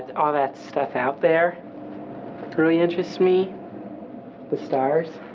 all that stuff out there really interests me the stars